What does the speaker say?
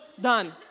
done